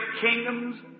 kingdoms